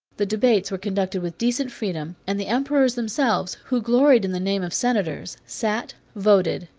the debates were conducted with decent freedom and the emperors themselves, who gloried in the name of senators, sat, voted,